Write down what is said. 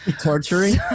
Torturing